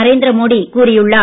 நரேந்திர மோடி கூறியுள்ளார்